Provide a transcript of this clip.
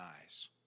eyes